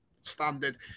standard